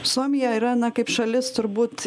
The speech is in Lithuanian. suomija yra na kaip šalis turbūt